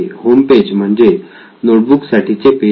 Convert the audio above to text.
homepage म्हणजे notebook साठी चे पेज